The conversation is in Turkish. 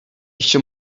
işçi